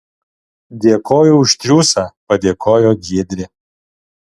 dėkoju už triūsą padėkojo giedrė